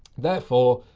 therefore,